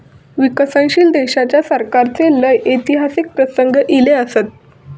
विकसनशील देशाच्या सरकाराचे लय ऐतिहासिक प्रसंग ईले असत